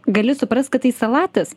gali suprast kad tai salatis